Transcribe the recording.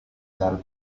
alpes